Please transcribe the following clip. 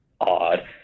odd